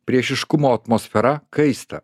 priešiškumo atmosfera kaista